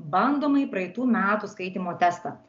bandomąjį praeitų metų skaitymo testą